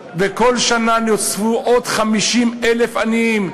ובכל שנה נוספו עוד 50,000 עניים,